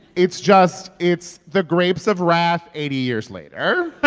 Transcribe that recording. it's just it's the grapes of wrath eighty years later